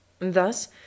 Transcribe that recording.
Thus